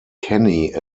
kenny